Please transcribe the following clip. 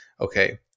okay